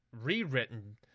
rewritten